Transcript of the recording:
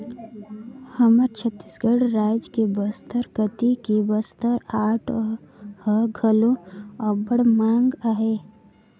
हमर छत्तीसगढ़ राज के बस्तर कती के बस्तर आर्ट ह घलो अब्बड़ मांग अहे